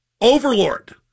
overlord